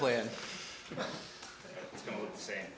play in the same